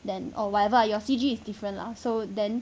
then or whatever your C_G is different lah so then